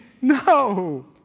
No